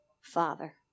father